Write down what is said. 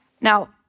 Now